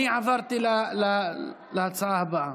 אני עברתי להצעה הבאה,